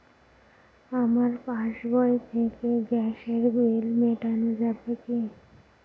আমার পাসবই থেকে গ্যাসের বিল মেটানো যাবে কি?